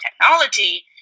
technology